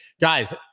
guys